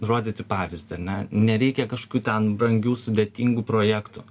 rodyti pavyzdį ar ne nereikia kažkokių ten brangių sudėtingų projektų